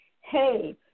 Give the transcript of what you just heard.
hey